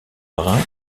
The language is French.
brun